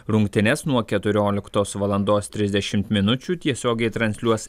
rungtynes nuo keturioliktos valandos trisdešimt minučių tiesiogiai transliuos